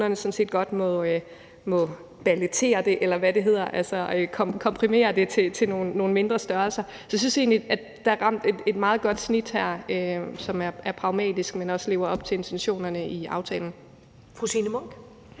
at kommunerne sådan set godt må palletere det, eller hvad det hedder, altså komprimere det til nogle mindre størrelser. Så jeg synes egentlig, man har ramt et meget godt snit her, som er pragmatisk, men også lever op til intentionerne i aftalen. Kl.